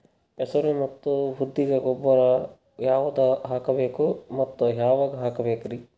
ಹೆಸರು ಮತ್ತು ಉದ್ದಿಗ ಗೊಬ್ಬರ ಯಾವದ ಹಾಕಬೇಕ ಮತ್ತ ಯಾವಾಗ ಹಾಕಬೇಕರಿ?